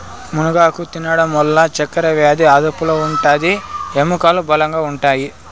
మునగాకు తినడం వల్ల చక్కరవ్యాది అదుపులో ఉంటాది, ఎముకలు బలంగా ఉంటాయి